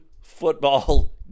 football